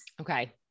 Okay